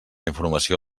informació